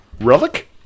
Relic